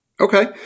Okay